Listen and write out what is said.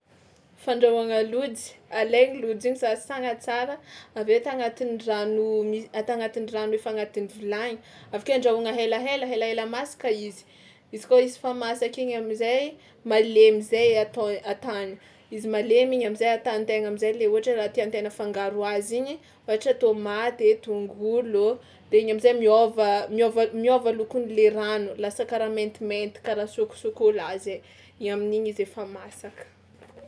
Fandrahoagna lojy: alaigna lojy iny sasagna tsara avy eo ata agnatin'ny rano mi- ata agnatin'ny rano efa agnatin'ny vilagny avy ake andrahoigna helahela, helahelamasaka izy, izy kôa izy fa masaka igny am'zay malemy zay atao an-tany, izy malemy igny am'zay atan-tegna am'zay le ohatra raha tian-tegna afangaro azy igny ohatra tômaty e, tongolo ô, de igny am'zay miôva miôva miôva lokon'le rano lasa karaha maintimainty karaha sôkosôkôla zay, amin'igny izy efa masaka.